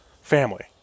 family